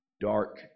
dark